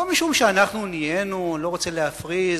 לא משום שאנחנו נהיינו, אני לא רוצה להפריז,